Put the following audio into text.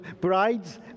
brides